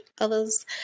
others